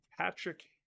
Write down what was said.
patrick